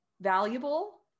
valuable